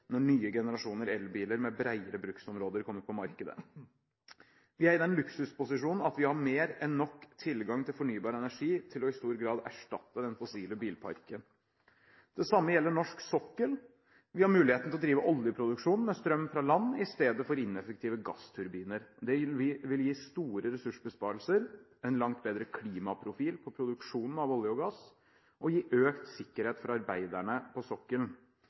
når nye generasjoner elbiler med bredere bruksområder kommer på markedet. Vi er i den luksusposisjonen at vi har mer enn nok tilgang til fornybar energi til i stor grad å kunne erstatte den fossile bilparken. Det samme gjelder norsk sokkel. Vi har muligheten til å drive oljeproduksjon med strøm fra land i stedet for ineffektive gassturbiner. Det vil gi store ressursbesparelser, en langt bedre klimaprofil på produksjonen av olje og gass og økt sikkerhet for arbeiderne på sokkelen.